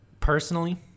Personally